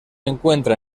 encuentra